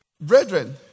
Brethren